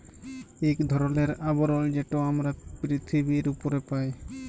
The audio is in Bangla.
ইক ধরলের আবরল যেট আমরা পিরথিবীর উপরে পায়